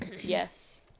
Yes